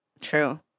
true